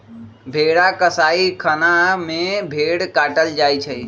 भेड़ा कसाइ खना में भेड़ काटल जाइ छइ